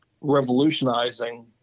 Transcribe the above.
revolutionizing